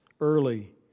early